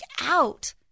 out